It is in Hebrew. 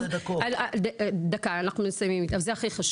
<< יור >> פנינה תמנו (יו"ר הוועדה לקידום מעמד